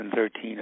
2013